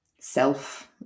self